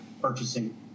purchasing